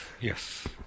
yes